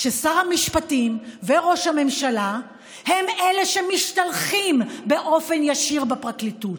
ששר המשפטים וראש הממשלה הם שמשתלחים באופן ישיר בפרקליטות.